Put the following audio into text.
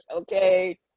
Okay